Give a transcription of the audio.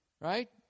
right